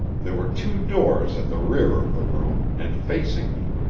there were two doors at the rear of the room, and facing me.